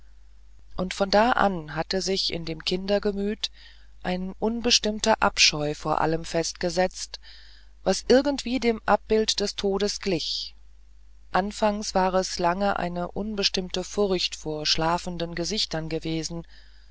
und von da an hatte sich in dem kindergemüt ein unbestimmter abscheu vor allem festgesetzt was irgendwie dem abbild des todes glich anfangs war es lange eine unbestimmte furcht vor schlafenden gesichtern geblieben